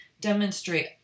demonstrate